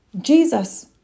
Jesus